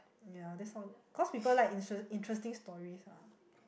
ya that's all cause people like interest~ interesting stories ah